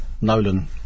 Nolan